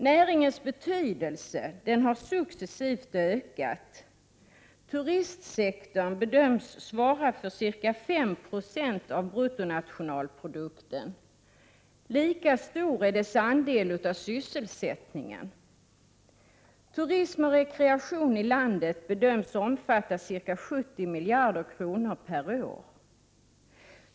Näringens betydelse har successivt ökat. Turistsektorn bedöms svara för ca 5 90 av bruttonationalprodukten. Lika stor är dess andel av sysselsättningen. Turism och rekreation i landet bedöms omsätta ca 70 miljarder kronor per år.